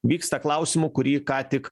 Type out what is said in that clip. vyksta klausimu kurį ką tik